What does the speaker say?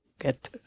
get